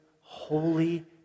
holy